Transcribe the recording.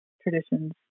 traditions